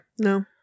No